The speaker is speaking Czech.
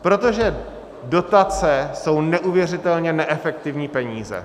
Protože dotace jsou neuvěřitelně neefektivní peníze.